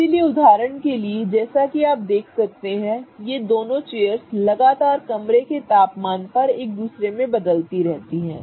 इसलिए उदाहरण के लिए जैसा कि आप देख सकते हैं कि ये दोनों चेयर्स लगातार कमरे के तापमान पर एक दूसरे में बदलती रहती हैं